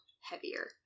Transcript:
heavier